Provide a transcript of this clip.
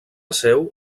seu